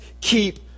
keep